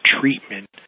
treatment